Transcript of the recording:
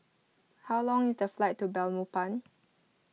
how long is the flight to Belmopan